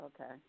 Okay